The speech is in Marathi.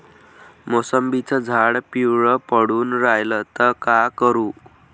मोसंबीचं झाड पिवळं पडून रायलं त का करू?